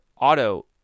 auto